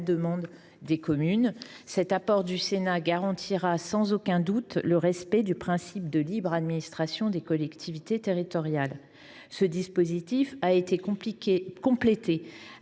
demande des communes. Cet apport de la Haute Assemblée garantira sans aucun doute le respect du principe de libre administration des collectivités territoriales. Ce dispositif a été complété